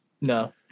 No